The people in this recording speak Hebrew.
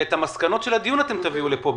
ואת המסקנות של הדיון אתם תביאו לפה,